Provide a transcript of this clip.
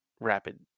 rapid